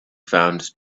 found